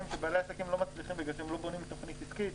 שבעלי העסקים לא מצליחים בגלל שהם לא בונים תכנית עסקית,